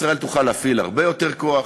ישראל תוכל להפעיל הרבה יותר כוח.